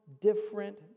different